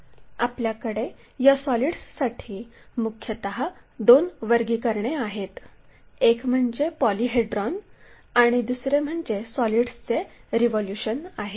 आपल्याकडे या सॉलिड्ससाठी मुख्यत दोन वर्गीकरणे आहेत एक म्हणजे पॉलिहेड्रॉन दुसरे म्हणजे सॉलिड्सचे रिव्होल्यूशन आहे